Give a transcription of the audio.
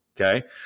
okay